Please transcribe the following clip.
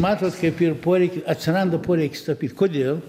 matot kaip yr poreiki atsiranda poreikis tapyt kodėl